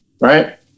right